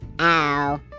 ow